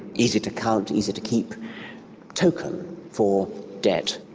easy-to-count, easy-to-keep token for debt.